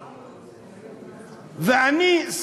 ואני,